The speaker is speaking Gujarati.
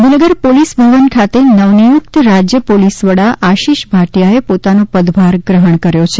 ગાંધીનગર પોલીસ ભવન ખાતે નવનિયુક્ત રાજ્ય પોલીસવડા આશિષ ભાટિયાએ પોતાનો પદભાર ગ્રહણ કર્યો છે